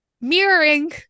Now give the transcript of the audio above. Mirroring